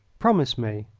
promise me!